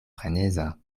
freneza